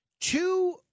two